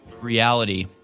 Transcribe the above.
reality